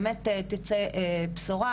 באמת תצא בשורה,